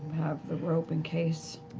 have the rope in case.